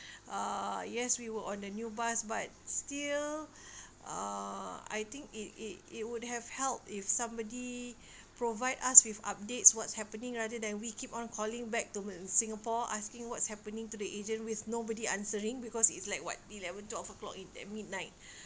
uh yes we were on the new bus but still uh I think it it it would have helped if somebody provide us with updates what's happening rather than we keep on calling back to singapore asking what's happening to the agent with nobody answering because it's like what eleven twelve o'clock midnight